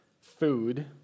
food